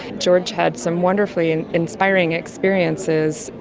george had some wonderfully and inspiring experiences.